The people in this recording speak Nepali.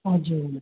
हजुर